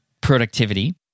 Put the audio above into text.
productivity